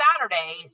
saturday